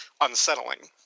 unsettling